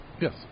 Yes